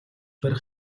барих